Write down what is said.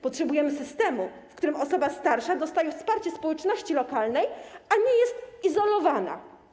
Potrzebujemy systemu, w którym osoba starsza dostaje wsparcie społeczności lokalnej, a nie jest izolowana.